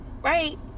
Right